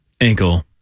Ankle